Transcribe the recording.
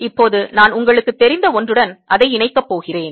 இப்போது நான் உங்களுக்கு தெரிந்த ஒன்றுடன் அதை இணைக்கப் போகிறேன்